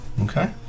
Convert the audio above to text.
Okay